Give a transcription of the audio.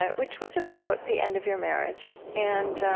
which was about the end of your marriage. and